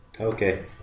Okay